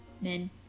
men